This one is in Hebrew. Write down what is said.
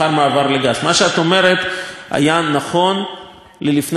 מה שאת אומרת היה נכון לפני כמה שנים,